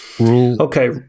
Okay